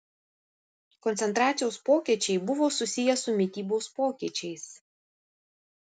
koncentracijos pokyčiai buvo susiję su mitybos pokyčiais